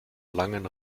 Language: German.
langen